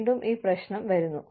വീണ്ടും ഈ പ്രശ്നം വരുന്നു